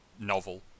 novel